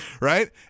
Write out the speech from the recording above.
right